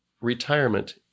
retirement